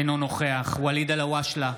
אינו נוכח ואליד אלהואשלה,